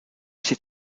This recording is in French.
ces